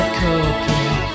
cooking